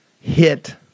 hit